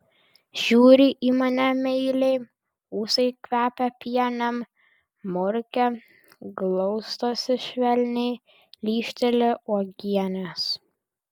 žiūri į mane meiliai ūsai kvepia pienėm murkia glaustosi švelniai lyžteli uogienės